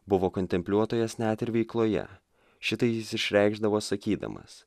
buvo kontempliuotojas net ir veikloje šitai jis išreikšdavo sakydamas